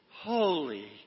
holy